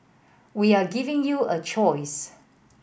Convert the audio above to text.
we are giving you a choice